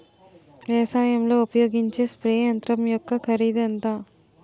వ్యవసాయం లో ఉపయోగించే స్ప్రే యంత్రం యెక్క కరిదు ఎంత?